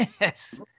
Yes